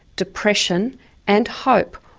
depression and hope,